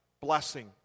Blessing